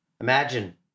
Imagine